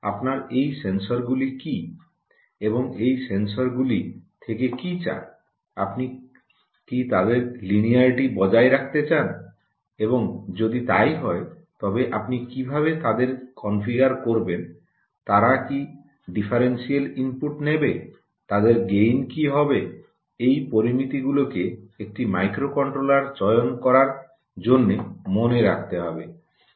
আপনার এই সেন্সরগুলি কি এবং এই সেন্সরগুলি থেকে কী চান আপনি কি তাদের লিনিয়ারটি বজায় রাখতে চান এবং যদি তাই হয় তবে আপনি কীভাবে তাদের কনফিগার করবেন তারা কি ডিফারেন্সিয়াল ইনপুট নেবে তাদের গেইন কি হবে এই পরামিতিগুলিকে একটি মাইক্রোকন্ট্রোলার চয়ন করার জন্য মনে রাখতে হবে